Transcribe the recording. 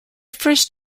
first